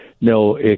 no